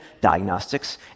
diagnostics